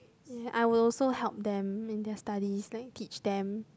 I will also help them in their studies like teach them